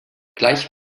gleich